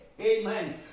Amen